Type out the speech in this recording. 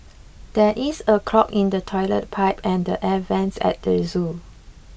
there is a clog in the toilet pipe and the air vents at the zoo